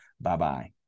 Bye-bye